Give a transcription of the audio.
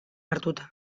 hartuta